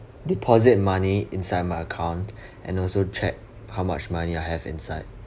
deposit money inside my account and also check how much money I have inside